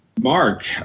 Mark